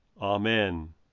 Amen